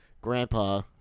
grandpa